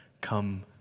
come